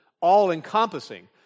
all-encompassing